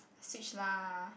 switch lah